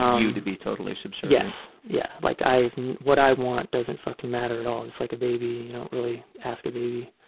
you to be totally subservient? yes. yeah, like and what i want doesn't fucking matter at all, just like a baby. you don't really ask a baby